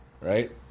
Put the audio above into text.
Right